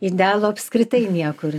idealo apskritai niekur